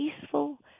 peaceful